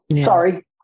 Sorry